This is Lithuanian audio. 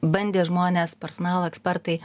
bandė žmones personalo ekspertai